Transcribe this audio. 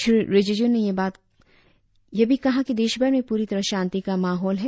श्री रिजिजू ने यह भी कहा कि देशभर में पूरी तरह शांति का माहौल है